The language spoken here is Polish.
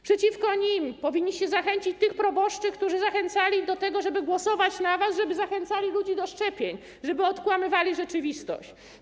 Przeciwko nim powinniście zachęcić tych proboszczów, którzy zachęcali do tego, żeby głosować na was, żeby teraz zachęcali ludzi do szczepień, żeby odkłamywali rzeczywistość.